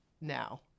now